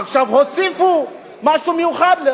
עכשיו הוסיפו משהו מיוחד,